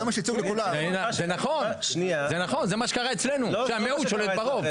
זה נכון, זה מה שקרה אצלנו, שהמיעוט שולט ברוב.